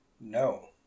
No